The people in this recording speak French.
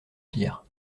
pire